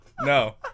No